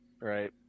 right